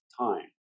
time